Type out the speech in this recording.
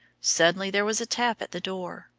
suddenly there was a tap at the door.